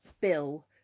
bill